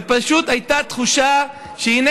ופשוט הייתה תחושה שהינה,